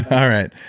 all right.